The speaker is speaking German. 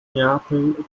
neapel